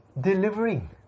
delivering